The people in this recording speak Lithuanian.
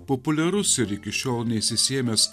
populiarus ir iki šiol neišsisėmęs